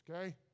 okay